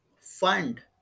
fund